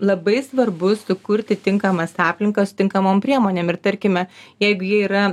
labai svarbu sukurti tinkamas aplinkas tinkamom priemonėm ir tarkime jeigu jie yra